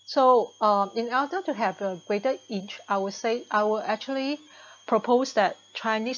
so uh in order to have a greater in our say I'll actually propose that Chinese